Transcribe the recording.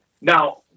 now